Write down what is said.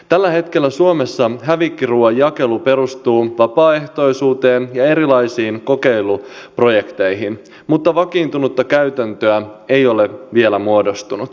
tällä hetkellä suomessa hävikkiruuan jakelu perustuu vapaehtoisuuteen ja erilaisiin kokeiluprojekteihin mutta vakiintunutta käytäntöä ei ole vielä muodostunut